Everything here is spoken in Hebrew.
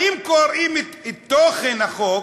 באים וקוראים את תוכן החוק,